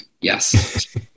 yes